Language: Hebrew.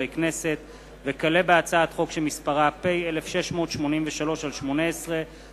הצעת חוק איסור לשון הרע (תיקון מס' 9)